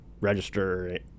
register